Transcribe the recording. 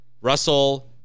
Russell